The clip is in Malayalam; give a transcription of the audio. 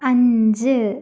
അഞ്ച്